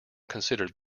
considered